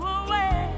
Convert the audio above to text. away